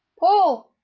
paul.